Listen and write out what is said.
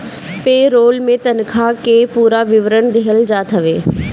पे role में तनखा के पूरा विवरण दिहल जात हवे